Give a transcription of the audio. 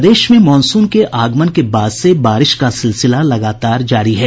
प्रदेश में मॉनसून के आगमन के बाद से बारिश का सिलसिला लगातार जारी है